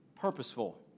Purposeful